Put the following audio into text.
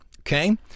Okay